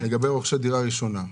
לגבי רוכשי דירה ראשונה.